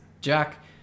Jack